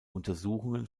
untersuchungen